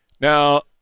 Now